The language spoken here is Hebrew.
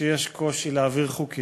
שיש קושי להעביר חוקים.